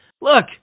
Look